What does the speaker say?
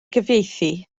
gyfieithu